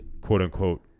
quote-unquote